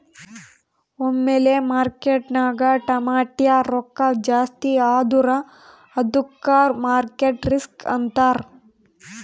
ಒಮ್ಮಿಲೆ ಮಾರ್ಕೆಟ್ನಾಗ್ ಟಮಾಟ್ಯ ರೊಕ್ಕಾ ಜಾಸ್ತಿ ಆದುರ ಅದ್ದುಕ ಮಾರ್ಕೆಟ್ ರಿಸ್ಕ್ ಅಂತಾರ್